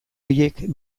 horiek